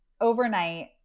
overnight